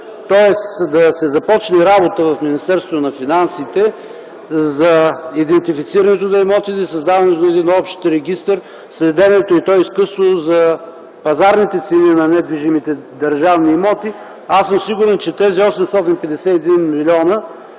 – да се започне работа в Министерството на финансите за идентифицирането на имотите, създаването на общ регистър, следенето за пазарните цени на недвижимите държавни имоти, съм сигурен, че тези 851 млн.